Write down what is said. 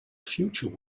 future